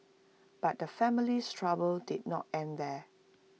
but the family's trouble did not end there